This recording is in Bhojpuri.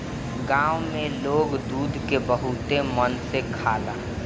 गाँव में लोग दूध के बहुते मन से खाला